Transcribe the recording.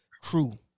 crew